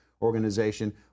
organization